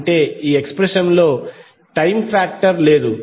అంటే ఈ ఎక్స్ప్రెషన్ లో టైమ్ ఫాక్టర్ లేదు